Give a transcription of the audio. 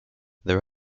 there